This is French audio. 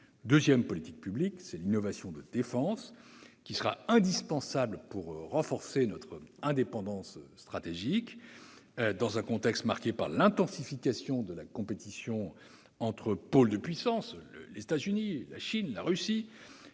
seconde politique publique évoquée est l'innovation de défense, qui sera indispensable pour renforcer notre indépendance stratégique, dans un contexte marqué par l'intensification de la compétition mondiale entre pôles de puissance tels que les États-Unis, la Chine ou la Russie.